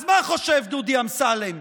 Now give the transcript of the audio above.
אז מה חושב דודי אמסלם,